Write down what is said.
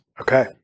Okay